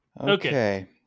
Okay